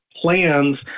plans